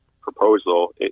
proposal